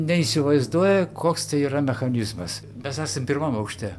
neįsivaizduoja koks tai yra mechanizmas mes esam pirmam aukšte